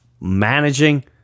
managing